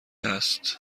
هست